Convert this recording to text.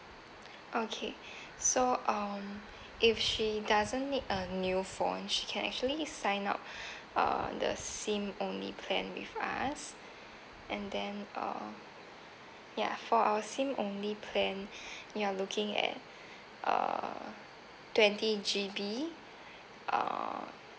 okay so um if she doesn't need a new phone she can actually sign up uh the SIM only plan with us and then uh ya for our SIM only plan you're looking at uh twenty G_B uh